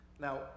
Now